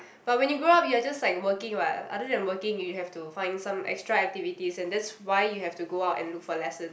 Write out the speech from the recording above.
but when you grow up you are just like working what other than working you have to find some extra activities and that's why you have to go out and look for lessons